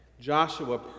Joshua